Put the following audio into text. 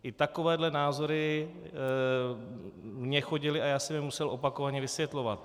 I takovéhle názory mi chodily a já jsem je musel opakovaně vysvětlovat.